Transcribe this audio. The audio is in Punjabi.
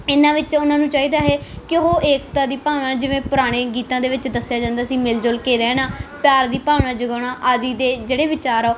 ਇਹਨਾਂ ਵਿੱਚ ਉਹਨਾਂ ਨੂੰ ਚਾਹੀਦਾ ਹੈ ਕਿ ਉਹ ਏਕਤਾ ਦੀ ਭਾਵਨਾ ਜਿਵੇਂ ਪੁਰਾਣੇ ਗੀਤਾਂ ਦੇ ਵਿੱਚ ਦੱਸਿਆ ਜਾਂਦਾ ਸੀ ਮਿਲ ਜੁਲ ਕੇ ਰਹਿਣਾ ਪਿਆਰ ਦੀ ਭਾਵਨਾ ਜਗਾਉਣਾ ਆਦਿ ਦੇ ਜਿਹੜੇ ਵਿਚਾਰ ਆ